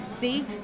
see